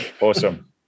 Awesome